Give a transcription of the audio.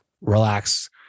Relax